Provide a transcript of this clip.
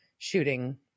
shooting